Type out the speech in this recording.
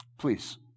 please